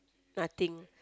nothing